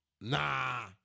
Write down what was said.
Nah